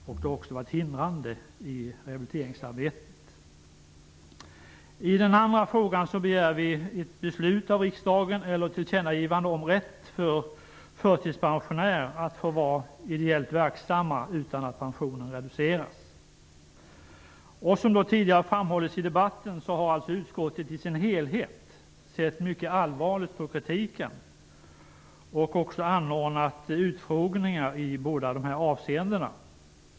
Det har också varit hindrande i rehabliteringsarbetet. I den andra frågan begär vi ett beslut eller tillkännagivande av riksdagen om rätt för förtidspensionärer att vara ideellt verksamma utan att pensionen reduceras. Som tidigare framhållits i debatten har utskottet i sin helhet sett mycket allvarligt på kritiken och också anordnat utfrågningar i båda dessa avseenden.